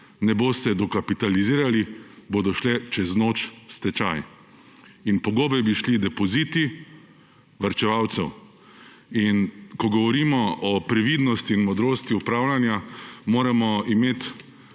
ne boste dokapitalizirali, bodo šle čez noč v stečaj. In po gobe bi šli depoziti varčevalcev. In ko govorimo o previdnosti in modrosti upravljanja, moramo imeti